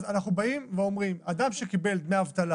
אנחנו באים ואומרים: אדם שמקבל דמי אבטלה